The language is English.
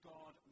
God